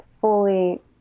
fully